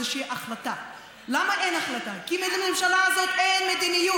שאותו פעם אחר פעם אחר פעם הבטחתם למוטט,